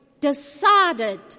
decided